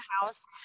house